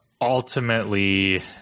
Ultimately